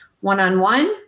one-on-one